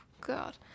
God